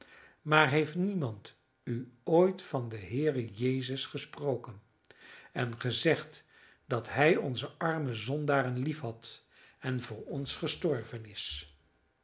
maar heeft niemand u ooit van den heere jezus gesproken en gezegd dat hij onze arme zondaren liefhad en voor ons gestorven is